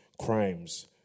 crimes